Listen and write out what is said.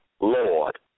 Lord